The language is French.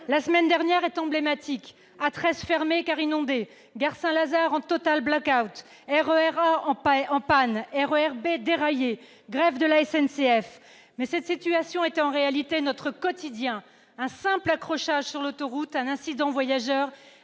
La semaine dernière est emblématique : A 13 fermée car inondée ; gare Saint-Lazare en total black-outRER A en panne ; RER B déraillé ; grèves de la SNCF ... Mais cette situation est en réalité notre quotidien : un simple accrochage sur l'autoroute ou un incident voyageur